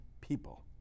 people